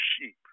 sheep